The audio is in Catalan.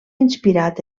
inspirat